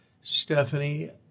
Stephanie